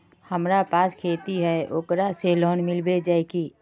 हमरा पास खेती है ओकरा से लोन मिलबे जाए की?